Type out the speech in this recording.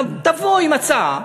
תבוא עם הצעה,